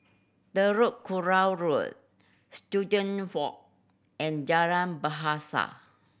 Telok Kurau Road Student Walk and Jalan Bahasa